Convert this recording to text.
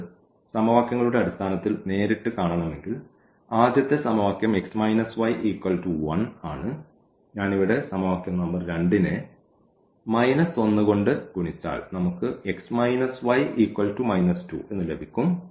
നമുക്ക് സമവാക്യങ്ങളുടെ അടിസ്ഥാനത്തിൽ നേരിട്ട് കാണണമെങ്കിൽ ആദ്യത്തെ സമവാക്യം x y 1 ആണ് ഞാൻ ഇവിടെ സമവാക്യം നമ്പർ 2 നെ 1 കൊണ്ട് ഗുണിച്ചാൽ നമുക്ക് x y 2 ലഭിക്കും